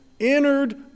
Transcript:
entered